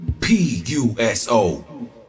P-U-S-O